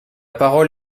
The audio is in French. parole